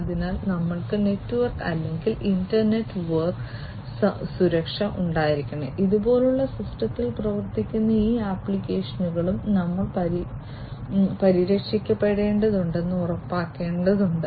അതിനാൽ ഞങ്ങൾക്ക് നെറ്റ്വർക്ക് അല്ലെങ്കിൽ ഇന്റർ നെറ്റ്വർക്ക് സുരക്ഷ ഉണ്ടായിരിക്കണം ഇതുപോലുള്ള സിസ്റ്റത്തിൽ പ്രവർത്തിക്കുന്ന ഈ ആപ്ലിക്കേഷനുകളും ഞങ്ങൾ പരിരക്ഷിക്കപ്പെടേണ്ടതുണ്ടെന്ന് ഉറപ്പാക്കേണ്ടതുണ്ട്